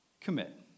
Commit